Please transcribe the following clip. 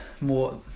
more